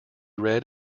read